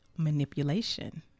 Manipulation